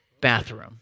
bathroom